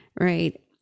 right